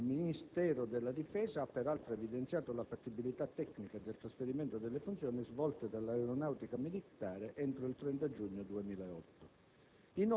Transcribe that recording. Il Ministero della difesa ha peraltro evidenziato la fattibilità tecnica del trasferimento delle funzioni svolte dall'Aeronautica militare entro il 30 giugno 2008.